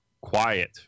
quiet